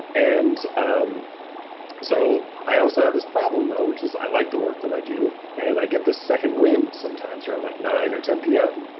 and um so i also have this problem though which is i like the work that i do and get the second wind sometimes around like nine or ten p m.